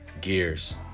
Gears